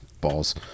balls